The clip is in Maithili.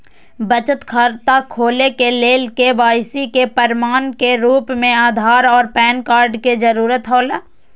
बचत खाता खोले के लेल के.वाइ.सी के प्रमाण के रूप में आधार और पैन कार्ड के जरूरत हौला